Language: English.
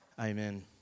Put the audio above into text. amen